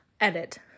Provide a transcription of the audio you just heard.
Edit